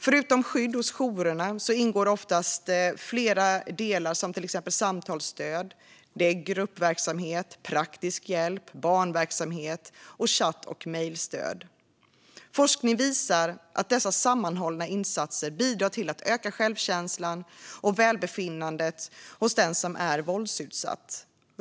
Förutom skydd hos jourerna ingår oftast flera delar, till exempel samtalsstöd, gruppverksamhet, praktisk hjälp, barnverksamhet och chatt och mejlstöd. Forskning visar att dessa sammanhållna insatser bidrar till att öka självkänslan och välbefinnandet hos den som är våldsutsatt.